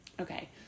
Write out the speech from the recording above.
Okay